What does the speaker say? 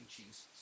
Jesus